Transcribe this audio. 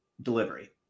delivery